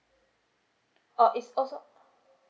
oh it's also